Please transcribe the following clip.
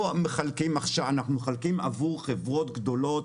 אנחנו מחלקים עבור חברות גדולות